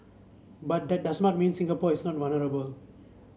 but that does not mean Singapore is not vulnerable